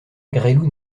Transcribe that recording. gresloup